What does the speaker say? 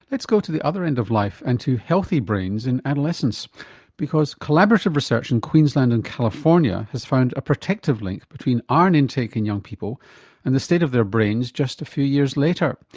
let's go to the other end of life and to healthy brains in adolescence because collaborative research in queensland and california has found a protective link between iron intake in young people and the state of their brains just a few years later.